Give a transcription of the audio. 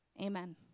amen